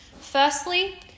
Firstly